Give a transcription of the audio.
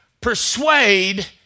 persuade